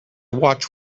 watch